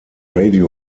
radio